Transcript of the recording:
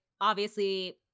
obviously-